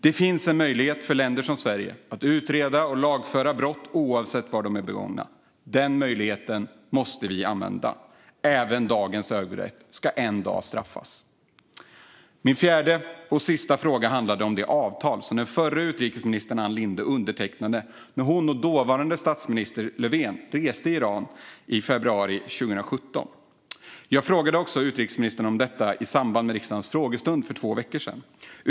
Det finns en möjlighet för länder som Sverige att utreda och lagföra brott oavsett var de är begångna. Den möjligheten måste vi använda. Även dagens övergrepp ska en dag straffas. Min fjärde och sista fråga handlade om det avtal som den förra utrikesministern Ann Linde undertecknade när hon och dåvarande statsministern Löfven reste i Iran i februari 2017. Jag frågade också utrikesministern om detta i samband med riksdagens frågestund för två veckor sedan.